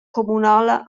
communala